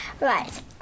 right